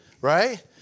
right